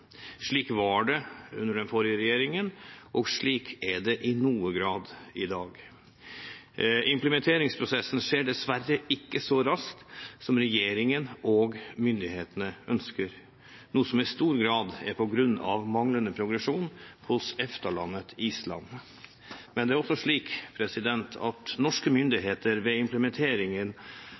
Slik var det under den forrige regjeringen, og slik er det i noen grad i dag. Implementeringsprosessen skjer dessverre ikke så raskt som regjeringen og myndighetene ønsker, noe som i stor grad er på grunn av manglende progresjon hos EFTA-landet Island. Men det er også slik at norske